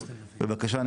בבקשה,